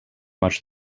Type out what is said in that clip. much